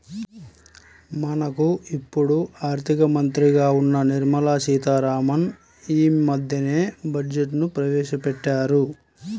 మనకు ఇప్పుడు ఆర్థిక మంత్రిగా ఉన్న నిర్మలా సీతారామన్ యీ మద్దెనే బడ్జెట్ను ప్రవేశపెట్టారు